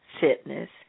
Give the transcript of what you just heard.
fitness